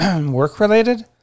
work-related